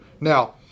Now